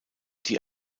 die